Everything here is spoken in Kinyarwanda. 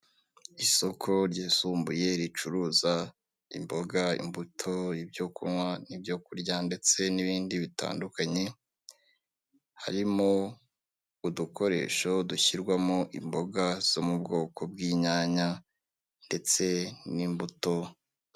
Ni inzu itangirwamo serivisi, iruhande hari uturarabyo hagati hari gutambukamo umugabo wambaye ishati y'ubururu, hirya gato hari abicaye bigaragara ko bategereje kwakirwa.